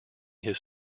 his